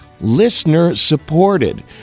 listener-supported